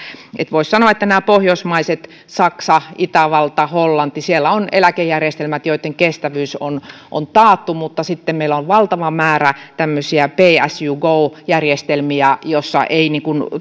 voisi sanoa että pohjoismaissa saksassa itävallassa ja hollannissa on eläkejärjestelmät joitten kestävyys on on taattu mutta sitten meillä on valtava määrä tämmöisiä pay as you go järjestelmiä joissa ei